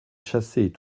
chasser